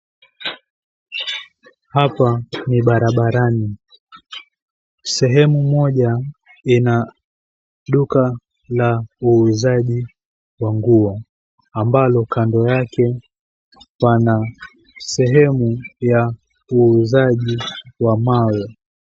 Hapa ni barabarani sehemu moja ina duka la uuzaji wa nguo ambalo kando yake pana uuzaji wa mawe.